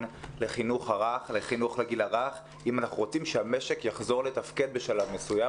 לחינוך לגיל הרך אם אנחנו רוצים שהמשק יחזור לתפקד בשלב מסוים,